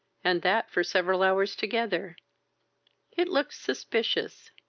and that for several hours together it looked suspicious.